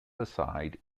aside